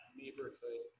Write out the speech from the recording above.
neighborhood